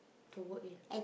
to work in